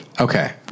Okay